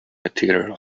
material